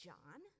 John